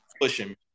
pushing